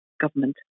government